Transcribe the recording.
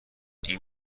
این